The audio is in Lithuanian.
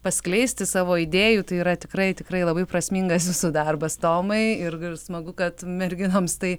paskleisti savo idėjų tai yra tikrai tikrai labai prasmingas jūsų darbas tomai ir smagu kad merginoms tai